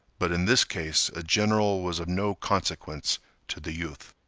but in this case a general was of no consequence to the youth.